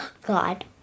God